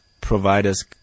Providers